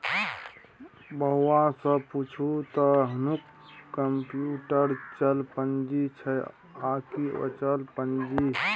बौआ सँ पुछू त हुनक कम्युटर चल पूंजी छै आकि अचल पूंजी